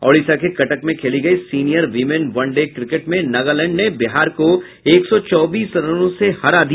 ओडिशा के कटक में खेली गयी senior women one day cricket में नागालैंड ने बिहार को एक सौ चौबीस रनों से हरा दिया